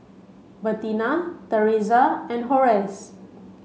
Bertina Theresa and Horace